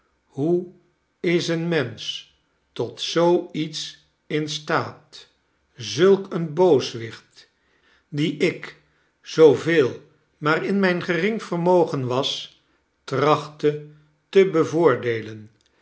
hoe is een mensch tot zoo iets in staat zulk een booswicht dien ik zooveel maar in mijn gering vermogen was trachtte te bevoordeelen